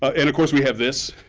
and of course we have this.